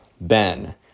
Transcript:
Ben